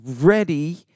ready